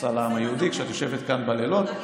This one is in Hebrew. עושה לעם היהודי כשאת יושבת כאן בלילות.